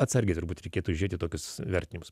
atsargiai turbūt reikėtų žiūrėti į tokius vertinimus